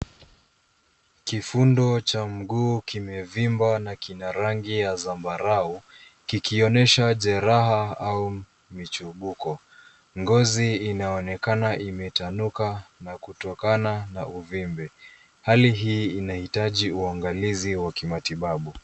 Kifundo cha mguu kimevimba na kina rangi ya zambarau kikionyesha jeraha au michubuko. Ngozi inaonekana imetanuka na kutokana na uvimbe. Hali hii inahitaji uangalizi wa kimatibabu.